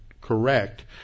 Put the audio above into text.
correct